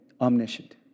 omniscient